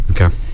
Okay